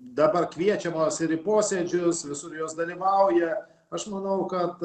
dabar kviečiamos ir į posėdžius visur jos dalyvauja aš manau kad